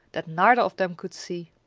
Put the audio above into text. that neither of them could see.